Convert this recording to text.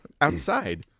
outside